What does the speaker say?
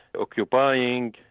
occupying